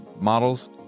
models